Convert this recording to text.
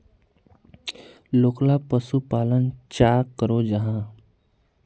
लोकला पशुपालन चाँ करो जाहा?